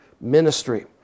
ministry